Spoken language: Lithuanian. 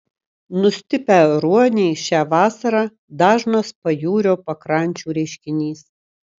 nustipę ruoniai šią vasarą dažnas pajūrio pakrančių reiškinys